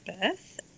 birth